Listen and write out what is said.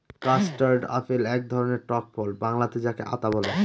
custard apple এক ধরনের টক ফল বাংলাতে যাকে আঁতা বলে